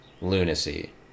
lunacy